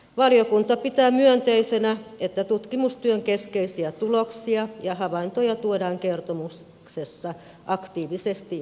valiokunta pitää myönteisenä että tutkimustyön keskeisiä tuloksia ja havaintoja tuodaan kertomuksessa aktiivisesti esiin